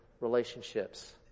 relationships